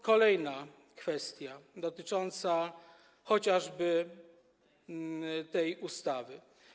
Kolejna kwestia dotycząca chociażby tej ustawy.